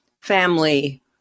family